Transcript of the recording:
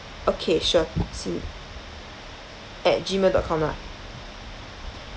okay sure cin~ at gmail dot com lah